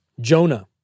Jonah